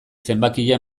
zenbakia